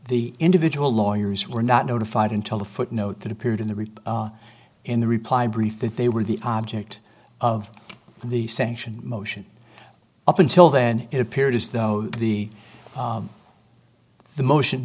the individual lawyers were not notified until the footnote that appeared in the rip in the reply brief that they were the object of the sanction motion up until then it appeared as though the the motion